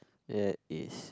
that is